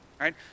right